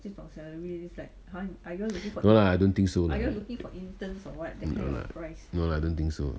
no lah I don't think so lah no lah don't think so